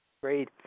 Great